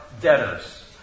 debtors